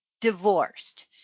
divorced